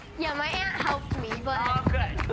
yeah, my aunt helped me, but oh good.